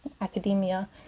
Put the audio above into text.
academia